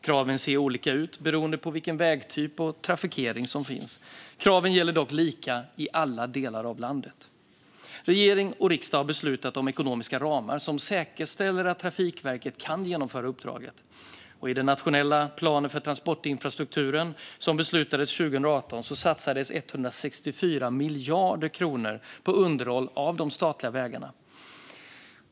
Kraven ser olika ut beroende på vilket vägtyp det gäller och vilken trafikering som finns. Kraven gäller dock lika i alla delar av landet. Regering och riksdag har beslutat om ekonomiska ramar som säkerställer att Trafikverket kan genomföra uppdraget. I den nationella plan för transportinfrastrukturen som beslutades 2018 satsades 164 miljarder kronor på underhåll av de statliga vägarna.